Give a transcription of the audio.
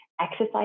exercise